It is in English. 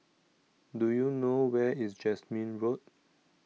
do you know where is Jasmine Road